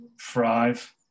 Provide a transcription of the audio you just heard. thrive